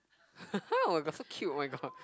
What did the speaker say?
ha ha oh-my-god so cute oh-my-god